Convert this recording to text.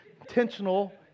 Intentional